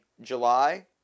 July